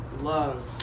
love